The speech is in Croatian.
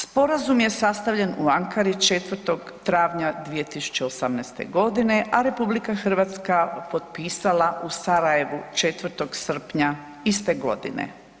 Sporazum je sastavljan u Ankari 4. travnja 2018. g., a RH potpisala u Sarajevu 4. srpnja iste godine.